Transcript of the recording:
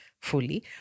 fully